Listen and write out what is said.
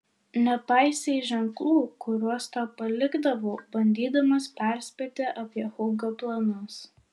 nepaisei ženklų kuriuos tau palikdavau bandydamas perspėti apie hugo planus